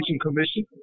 Commission